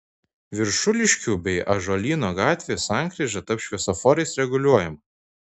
viršuliškių bei ąžuolyno gatvės sankryža taps šviesoforais reguliuojama